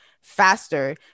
faster